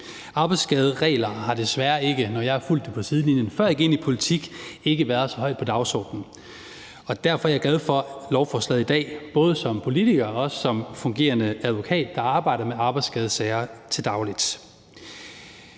Arbejdsskaderegler har desværre ikke, når jeg har fulgt det på sidelinjen, før jeg gik ind i politik, været så højt på dagsordenen, og derfor er jeg glad for lovforslaget i dag, både som politiker og også som fungerende advokat, der arbejder med arbejdsskadesager til daglig.